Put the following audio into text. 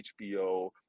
HBO